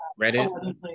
Reddit